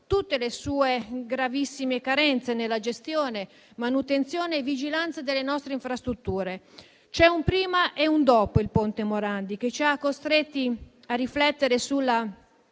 tutte le sue gravissime carenze nella gestione, manutenzione e vigilanza delle infrastrutture. C'è un prima e un dopo il ponte Morandi, che ci ha costretti a riflettere sulla